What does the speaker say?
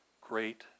great